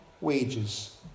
wages